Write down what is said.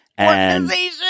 Organization